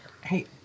Hey